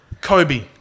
Kobe